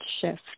shift